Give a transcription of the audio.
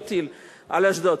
לא טיל על אשדוד.